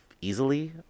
easily